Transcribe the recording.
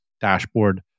dashboard